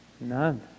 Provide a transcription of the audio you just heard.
None